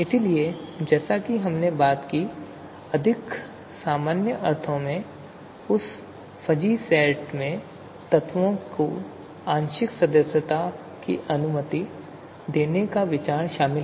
इसलिए जैसा कि हमने बात की है अधिक सामान्य अर्थों में उस फजी सेट में तत्वों की आंशिक सदस्यता की अनुमति देने का विचार शामिल है